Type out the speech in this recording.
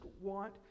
want